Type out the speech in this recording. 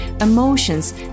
emotions